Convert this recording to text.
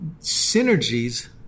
synergies